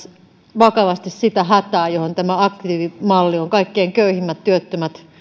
vakavasti sitä hätää johon tämä aktiivimalli on kaikkein köyhimmät työttömät